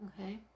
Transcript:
Okay